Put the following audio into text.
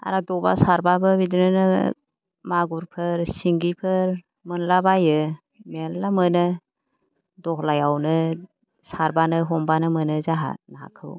आरो दबा सारबाबो बिदिनो मागुरफोर सिंगिफोर मोनला बायो मेरला मोनो दहलायावनो सारबानो हमबानो मोनो जोंहा नाखौ